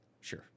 Sure